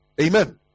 Amen